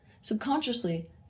Subconsciously